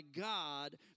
God